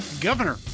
governor